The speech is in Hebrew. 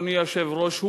אדוני היושב-ראש,